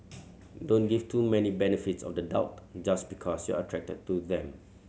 don't give too many benefits of the doubt just because you're attracted to them